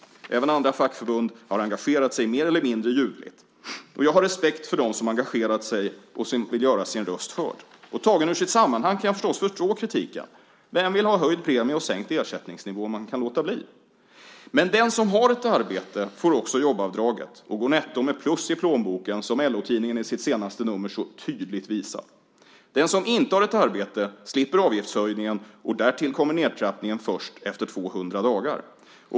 Även andra fackförbund har engagerat sig mer eller mindre ljudligt. Jag har respekt för dem som engagerat sig och som vill göra sin röst hörd. Och tagen ur sitt sammanhang kan jag förstås förstå kritiken. Vem vill ha höjd premie och sänkt ersättningsnivå om man kan slippa det? Men den som har ett arbete får också jobbavdraget och går netto med plus i plånboken, som LO-tidningen i sitt senaste nummer så tydligt visar. Den som inte har ett arbete slipper avgiftshöjningen, och därtill kommer nedtrappningen först efter 200 dagar.